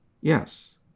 Yes